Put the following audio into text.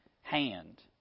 hand